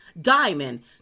diamond